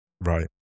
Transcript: right